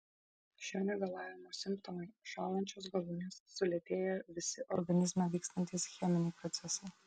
šio negalavimo simptomai šąlančios galūnės sulėtėję visi organizme vykstantys cheminiai procesai